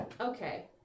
Okay